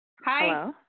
Hi